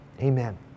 Amen